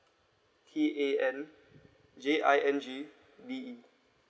T A N J I N G D E